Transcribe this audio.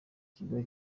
ikigo